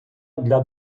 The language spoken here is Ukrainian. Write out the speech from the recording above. для